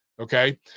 Okay